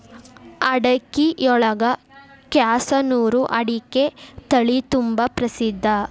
ಅಡಿಕಿಯೊಳಗ ಕ್ಯಾಸನೂರು ಅಡಿಕೆ ತಳಿತುಂಬಾ ಪ್ರಸಿದ್ಧ